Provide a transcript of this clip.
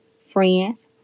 friends